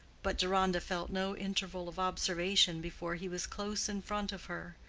but deronda felt no interval of observation before he was close in front of her,